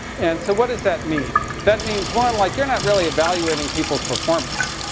and so what does that mean? that means one, like you're not really evaluating people's performance.